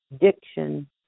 diction